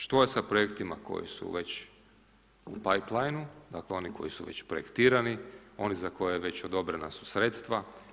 Što je sa projektima koji su već u ... dakle oni koji su već projektirani, oni za koje već odobrena su sredstva.